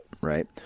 Right